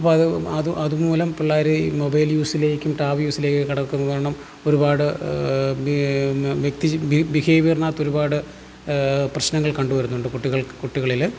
അപ്പോൾ അത് അതു അതുമൂലം പിള്ളേര് ഈ മൊബൈൽ യൂസിലേക്കും ടാബ് യൂസിലേക്കും കടക്കുന്ന കാരണം ഒരുപാട് ഈ ബി വ്യക്തി ബിഹേവിയറിനകത്തൊരുപാട് പ്രശ്നങ്ങൾ കണ്ടുവരുന്നുണ്ട് കുട്ടികൾക്ക് കുട്ടികളില്